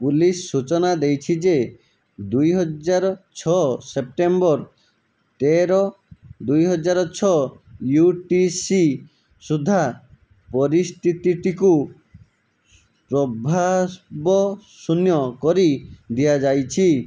police ସୂଚନା ଦେଇଛି ଯେ ଦୁଇହଜାର ଛଅ ସେପ୍ଟେମ୍ବର ତେର ଦୁଇହଜାର ଛଅ ୟୁ ଟି ସି ସୁଦ୍ଧା ପରିସ୍ଥିତିଟିକୁ ପ୍ରଭାବଶୂନ୍ୟ କରି ଦିଆଯାଇଛି